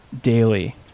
daily